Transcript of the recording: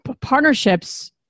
partnerships